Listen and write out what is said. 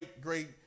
great